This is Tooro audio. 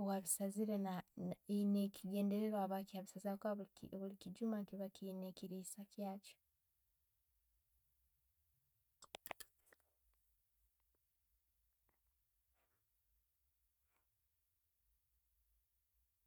eyabisaaziire na- na ayiine ekigendererwa habwaki abiizaziire habwokuba bulikijuuma kiyiine ekillisa kyakyo.